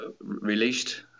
released